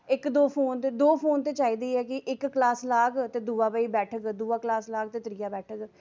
इक दो फोन दो फोन ते चाहिदे ऐ कि इक क्लास लाग ते दूआ भाई बैठग दूआ क्लास लाग ते त्रीया बैठग